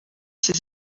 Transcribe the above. ces